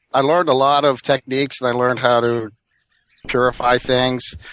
i learned a lot of techniques. and i learned how to purify things,